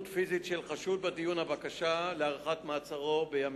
פיזית של חשוד בדיון בבקשה להארכת מעצרו בימים.